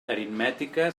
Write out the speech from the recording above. aritmètica